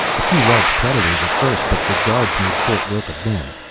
a few large predators at first, but the guards made short work of them.